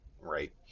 right